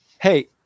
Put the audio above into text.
Hey